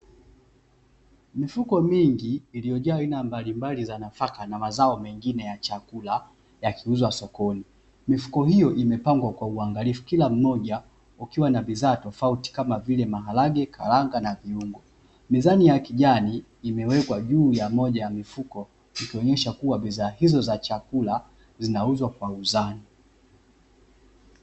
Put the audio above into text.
Mifuko mingi iliyojaa aina mbalimbali za nafaka na mazao mengine ya chakula, yakiuzwa sokoni. Mifuko hiyo imepangwa kwa uangalifu kila mmoja ukiwa na bidhaa tofauti kama vile; maharage, karanga na viungo. Mizani ya kijani imewekwa juu ya mmoja wa mifuko ikionesha kuwa bidhaa hizo za chakula zinauzwa kwa mizani.